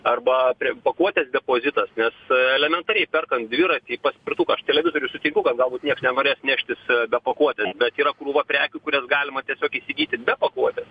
arba prie pakuotės depozitas nes elementariai perkant dviratį paspirtuką aš televizorių sutiku kad galbūt nieks nenorės neštis be pakuotės bet yra krūva prekių kurias galima tiesiog įsigyti be pakuotės